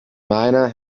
miner